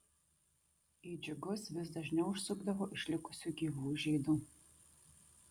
į džiugus vis dažniau užsukdavo išlikusių gyvų žydų